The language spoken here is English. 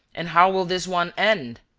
and how will this one end?